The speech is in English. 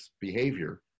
behavior